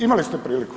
Imali ste priliku.